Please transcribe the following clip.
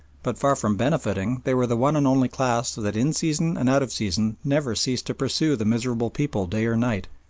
but far from benefiting they were the one and only class that in season and out of season never ceased to pursue the miserable people day or night,